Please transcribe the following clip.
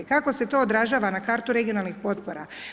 Kako se to odražava na kartu regionalnih potpora?